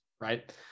Right